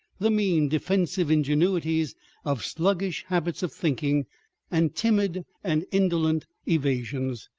the mean defensive ingenuities of sluggish habits of thinking and timid and indolent evasions.